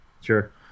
sure